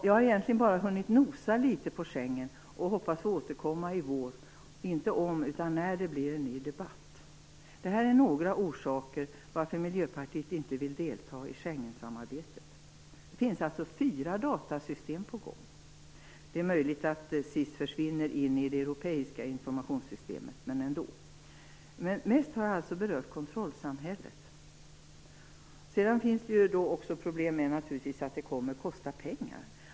Jag har egentligen bara hunnit nosa litet på Schengen och hoppas få återkomma i vår - inte om utan när det blir en ny debatt. Det här var några orsaker till varför Miljöpartiet inte vill delta i Schengensamarbetet. Det finns fyra datasystem på gång. Det är möjligt att SIS försvinner in i det europeiska informationssystemet, men ändå. Mest har jag berört kontrollsamhället. Sedan finns naturligtvis problemet att det kommer att kosta pengar.